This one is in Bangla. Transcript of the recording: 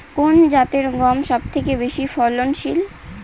কোন জাতের গম সবথেকে বেশি ফলনশীল?